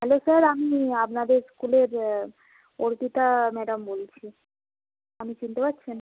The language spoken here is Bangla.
হ্যালো স্যার আমি আপনাদের স্কুলের অর্পিতা ম্যাডাম বলছি আপনি চিনতে পাচ্ছেন